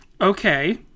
okay